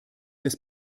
des